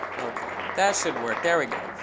ok. that should work. there we go.